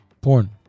Porn